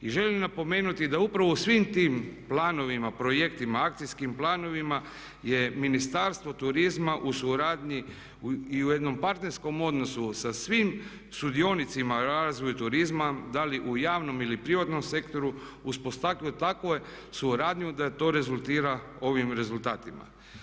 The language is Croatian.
I želim napomenuti da upravo u svim tim planovima, projektima, akcijskim planovima je Ministarstvo turizma u suradnji i u jednom partnerskom odnosu sa svim sudionicima razvoju turizma da li u javnom ili privatnom sektoru uspostavili takvu suradnju da to rezultira ovim rezultatima.